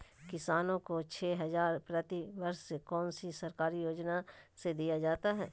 किसानों को छे हज़ार प्रति वर्ष कौन सी सरकारी योजना से दिया जाता है?